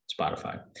Spotify